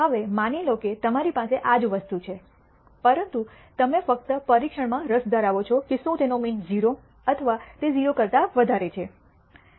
હવે માની લો કે તમારી પાસે આ જ વસ્તુ છે પરંતુ તમે ફક્ત પરીક્ષણમાં રસ ધરાવો છો કે શું તેનો મીન 0 અથવા તે 0 કરતા વધારે છે